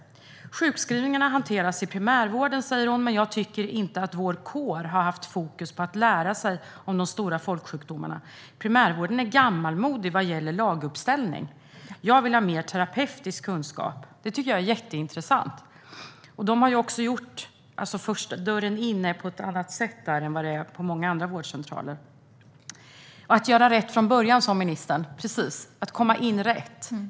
Sjukskrivningarna hanteras i primärvården, säger hon, men jag tycker inte att vår kår har haft fokus på att lära sig om de stora folksjukdomarna. Primärvården är gammalmodig vad gäller laguppställning. Jag vill ha mer terapeutisk kunskap. Detta tycker jag är jätteintressant. Där har de öppnat dörren in på ett annat sätt än på många andra vårdcentraler. Ministern säger att det handlar om att göra rätt från början, att komma in rätt.